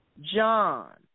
John